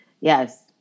Yes